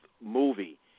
movie